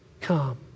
come